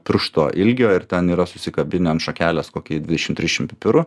piršto ilgio ir ten yra susikabinę ant šakelės kokie dvidešim trisdešim pipirų